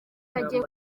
bagiye